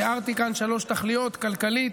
תיארתי כאן שלוש תכליות: כלכלית,